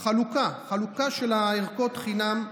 החלוקה, החלוקה של הערכות חינם.